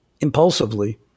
impulsively